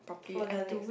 for the next